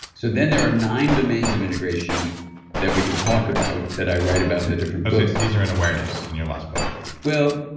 so then there are nine domains of integration that we can talk about that i write about in a different book these are in awareness, in your last book well,